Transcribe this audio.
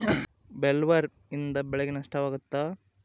ಬೊಲ್ವರ್ಮ್ನಿಂದ ಬೆಳೆಗೆ ನಷ್ಟವಾಗುತ್ತ?